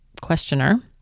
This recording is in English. questioner